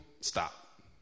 stop